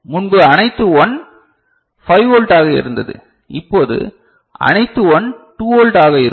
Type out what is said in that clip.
முன்பு அனைத்து 1 5 வோல்ட்டாக இருந்தது இப்போது அனைத்து 1 2 வோல்ட் ஆக இருக்கும்